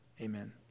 Amen